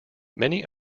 many